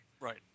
right